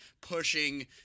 pushing